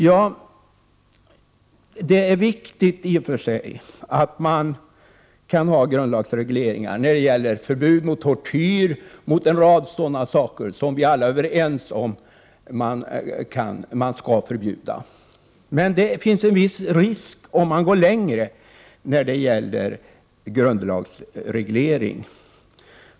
Ja, det är i och för sig viktigt att man kan göra grundlagsregleringar när det gäller förbud mot tortyr och en rad sådana saker som vi alla är överens om att man skall förbjuda. Men det finns en viss risk om man går längre när det gäller grundlagsreglering.